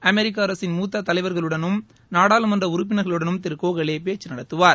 அமெிக்க அரசின் மூத்த தலைவர்களுடனும் நாடாளுமன்ற உறுப்பினர்களுடனும்க திரு கோகலே பேச்சு நடத்துவார்